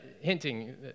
hinting